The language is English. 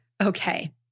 Okay